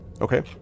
Okay